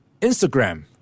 Instagram